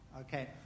okay